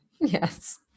Yes